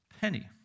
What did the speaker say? penny